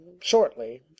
shortly